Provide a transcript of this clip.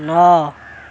ନଅ